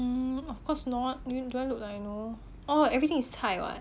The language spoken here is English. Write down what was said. mm of course not do I look like I know orh everything is 菜 [what]